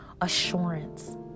assurance